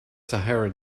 sahara